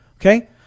Okay